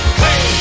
hey